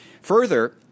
Further